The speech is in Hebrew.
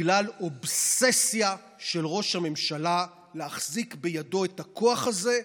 בגלל אובססיה של ראש הממשלה להחזיק בידו את הכוח הזה,